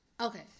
Okay